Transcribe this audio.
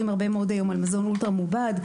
עליהם הרבה מאוד היום: על מזון אולטרה מעובד,